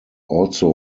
also